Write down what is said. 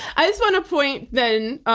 i just want to point then,